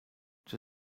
czy